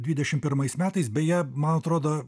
dvidešim pirmais metais beje man atrodo